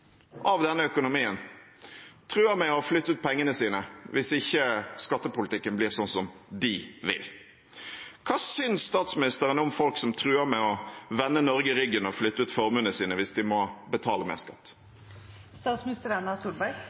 av denne økonomien, truer med å flytte ut pengene sine hvis ikke skattepolitikken blir sånn som de vil. Hva syns statsministeren om folk som truer med å vende Norge ryggen og flytte ut formuene sine hvis de må betale mer